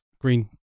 Green